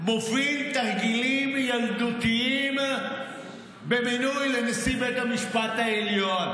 עוד מוביל תרגילים ילדותיים במינוי לנשיא בית המשפט העליון,